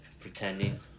Pretending